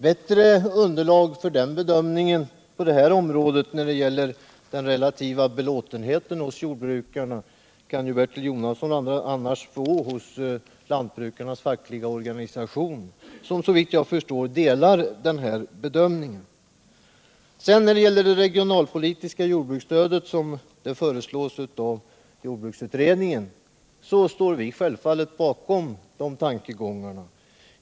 Bättre underlag för bedömningen på det här området när det gäller den relativa belåtenheten hos jordbrukarna kan Bertil Jonasson få hos lantbrukarnas fackliga organisation, som så vitt jag förstår delar den här bedömningen. När det gäller det regionalpolitiska jordbruksstödet står vi självfallet bakom de tankegångar som framfördes av jordbruksutredningen.